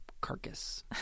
Carcass